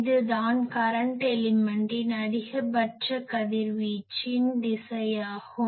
இதுதான் கரன்ட் எலிமென்ட்டின் அதிகபட்ச கதிர்வீச்சின் திசை ஆகும்